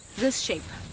this shape!